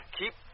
keep